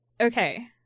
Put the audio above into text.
okay